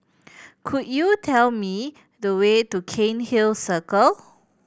could you tell me the way to Cairnhill Circle